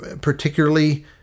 Particularly